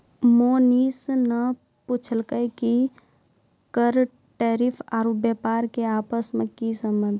मोहनीश ने पूछलकै कि कर टैरिफ आरू व्यापार के आपस मे की संबंध छै